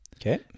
Okay